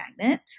magnet